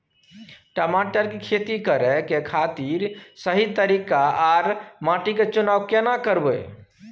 टमाटर की खेती करै के खातिर सही तरीका आर माटी के चुनाव केना करबै?